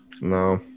No